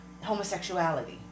homosexuality